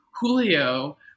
Julio